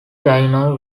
chino